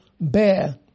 bear